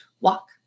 Walk